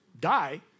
die